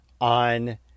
on